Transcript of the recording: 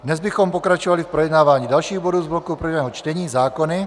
Dnes bychom pokračovali v projednávání dalších bodů z bloku prvého čtení zákony.